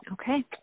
Okay